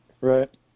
Right